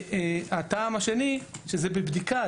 הטעם השני הוא שזה עדיין בבדיקה.